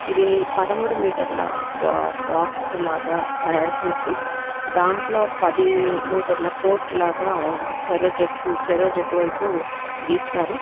ఇది పదమూడు మీటర్ల బా బాక్స్ లాగా తయారు చేసి దాంట్లో పది మీటర్ల కోర్టులాగా ఓ చెరో జట్టు చెరో జట్టువైపు గీస్తారు